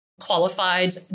Qualified